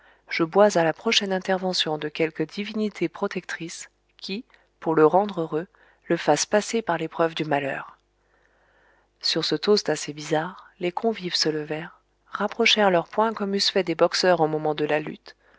je bois à la prochaine intervention de quelque divinité protectrice qui pour le rendre heureux le fasse passer par l'épreuve du malheur sur ce toast assez bizarre les convives se levèrent rapprochèrent leurs poings comme eussent fait des boxeurs au moment de la lutte